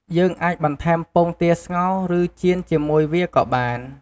យើងអាចបន្ថែមពងទាស្ងោរ ឬចៀនជាមួយវាក៏បាន។